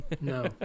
no